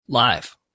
Live